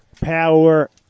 Power